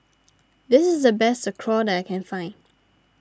this is the best Sauerkraut that I can find